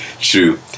true